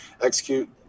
execute